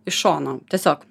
iš šono tiesiog